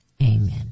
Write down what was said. Amen